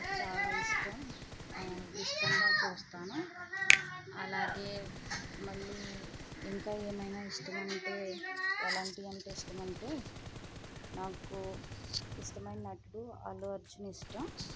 నాకు చాలా ఇష్టం ఆ ఇష్టంగా చూస్తాను అలాగే మళ్లీ ఇంకా ఏమైనా ఇష్టమంటే ఎలాంటివి అంటే ఇష్టమంటే మాకు ఇష్టమైన నటుడు అల్లు అర్జున్ ఇష్టం